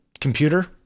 computer